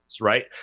right